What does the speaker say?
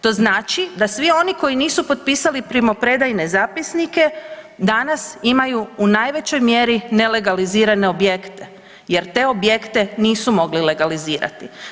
To znači da svi oni koji nisu potpisali primopredajne zapisnike danas imaju u najvećoj mjeri nelegalizirane objekte jer te objekte nisu mogli legalizirati.